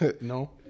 No